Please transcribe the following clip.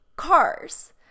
cars